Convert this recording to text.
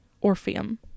Orpheum